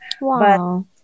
Wow